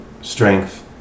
strength